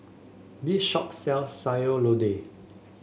this shop sells Sayur Lodeh